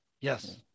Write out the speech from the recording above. Yes